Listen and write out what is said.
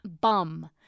bum